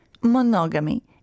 Monogamy